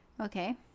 okay